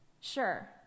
Sure